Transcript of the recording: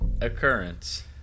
occurrence